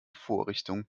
vorrichtung